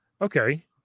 Okay